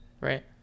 Right